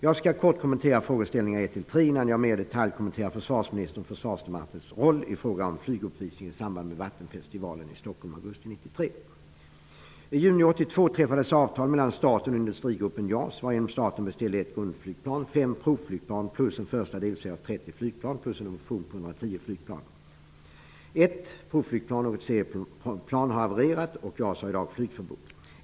Jag skall kort kommentera frågeställningarna 1--3 innan jag mer i detalj kommenterar försvarsministerns och Försvarsmaktens roll i fråga om flyguppvisning i samband med Vattenfestivalen i Stockholm i augusti 1993. Ett provflygplan har havererat, och JAS har i dag flygförbud.